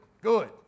good